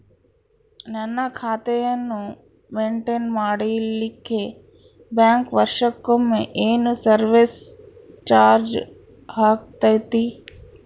ನನ್ನ ಖಾತೆಯನ್ನು ಮೆಂಟೇನ್ ಮಾಡಿಲಿಕ್ಕೆ ಬ್ಯಾಂಕ್ ವರ್ಷಕೊಮ್ಮೆ ಏನು ಸರ್ವೇಸ್ ಚಾರ್ಜು ಹಾಕತೈತಿ?